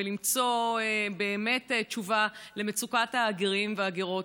ולמצוא באמת תשובה למצוקת הגרים והגרות.